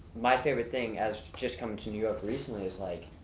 my favorite thing as just comin' to new york recently, is like,